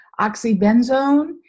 oxybenzone